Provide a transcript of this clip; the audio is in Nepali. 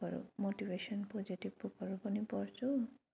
बुकहरू मोटिभेसन पोजिटिभ बुकहरू पनि पढ्छु